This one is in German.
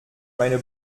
meine